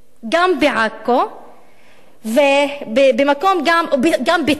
גם בעכו וגם בטירה.